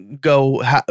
go